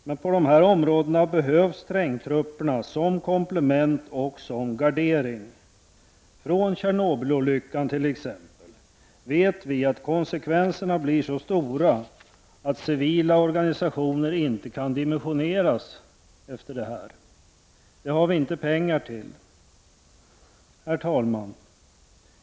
Men på dessa områden behövs trängtrupperna som komplement och gardering. Från Tjernobylolyckan vet vi att konsekvenserna blir så stora att civila organisationer inte kan dimensioneras efter detta. Det har vi inte pengar till. Herr talman!